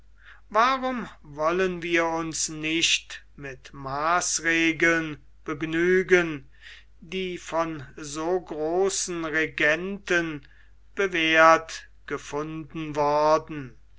warum wollen wir uns nicht mit maßregeln begnügen die von so großen regenten bewährt gefunden worden